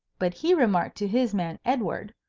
but he remarked to his man edward,